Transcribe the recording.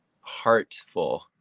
heartful